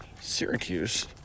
Syracuse